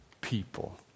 people